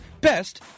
best